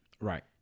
Right